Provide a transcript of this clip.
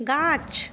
गाछ